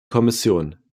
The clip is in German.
kommission